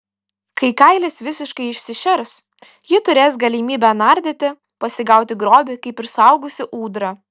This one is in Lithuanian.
kai kailis visiškai išsišers ji turės galimybę nardyti pasigauti grobį kaip ir suaugusi ūdra